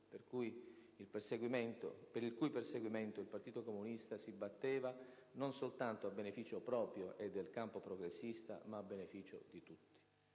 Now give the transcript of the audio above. per il cui perseguimento il Partito Comunista si batteva non soltanto a beneficio proprio e del campo progressista, ma a beneficio di tutti.